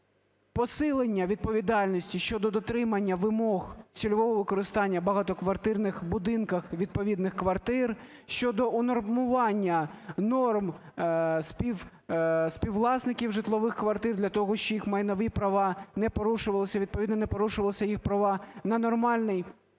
посилення відповідальності щодо дотримання вимог цільового використання у багатоквартирних будинках відповідних квартир, щодо унормування норм співвласників житлових квартир для того, щоб їх майнові права не порушувалися і, відповідно, не порушувалися їх права на нормальну